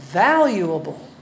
valuable